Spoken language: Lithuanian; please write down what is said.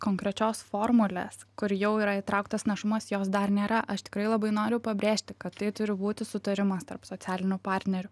konkrečios formulės kur jau yra įtrauktos našumas jos dar nėra aš tikrai labai noriu pabrėžti kad tai turi būti sutarimas tarp socialinių partnerių